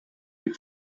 les